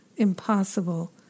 Impossible